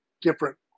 different